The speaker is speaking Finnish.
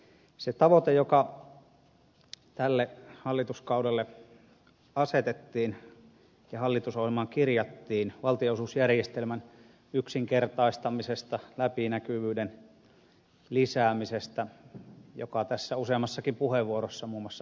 se tavoite joka tälle hallituskaudelle asetettiin ja hallitusohjelmaan kirjattiin valtionosuusjärjestelmän yksinkertaistamisesta ja läpinäkyvyyden lisäämisestä jonka tässä useammassakin puheenvuorossa muun muassa ed